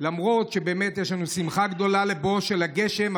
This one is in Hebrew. למרות שיש לנו שמחה גדולה על בואו של הגשם,